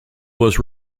was